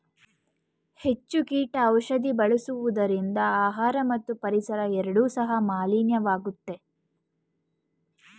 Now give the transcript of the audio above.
ಹೆಚ್ಚು ಕೀಟ ಔಷಧಿ ಬಳಸುವುದರಿಂದ ಆಹಾರ ಮತ್ತು ಪರಿಸರ ಎರಡು ಸಹ ಮಾಲಿನ್ಯವಾಗುತ್ತೆ